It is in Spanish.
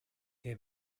que